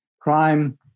crime